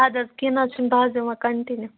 اَدٕ حظ کیٚنہہ نہٕ حٲز چھُنہ بہٕ حٲز یِمہ وۄنۍ کَٹِنیوٗ